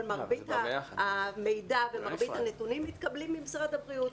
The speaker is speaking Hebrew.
אבל מרבית המידע ומרבית הנתונים מתקבלים ממשרד הבריאות.